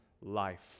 life